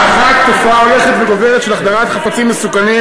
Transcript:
האחת, תופעה הולכת וגוברת של החדרת חפצים מסוכנים